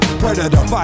predator